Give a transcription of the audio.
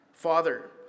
Father